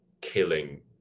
killing